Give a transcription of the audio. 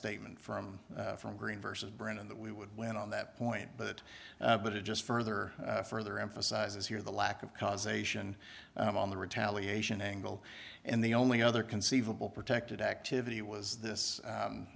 statement from from green versus brennan that we would win on that point but but it just further further emphasizes here the lack of causation on the retaliation angle and the only other conceivable protected activity was this